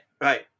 right